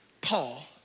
Paul